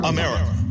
America